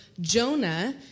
Jonah